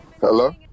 Hello